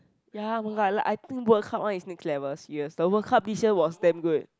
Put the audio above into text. ya !wah! I like I think World Cup one is next level serious the World Cup this year was damn good